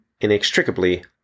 inextricably